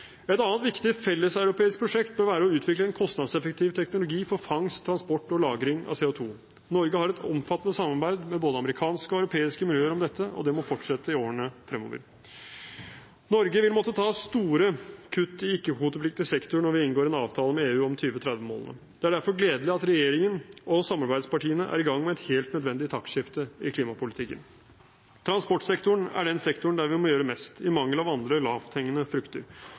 Et annet viktig felleseuropeisk prosjekt bør være å utvikle en kostnadseffektiv teknologi for fangst, transport og lagring av CO2. Norge har et omfattende samarbeid med både amerikanske og europeiske miljøer om dette, og det må fortsette i årene fremover. Norge vil måtte ta store kutt i ikke-kvotepliktig sektor når vi inngår en avtale med EU om 2030-målene. Det er derfor gledelig at regjeringen og samarbeidspartiene er i gang med et helt nødvendig taktskifte i klimapolitikken. Transportsektoren er den sektoren der vi må gjøre mest, i mangel av andre lavthengende frukter.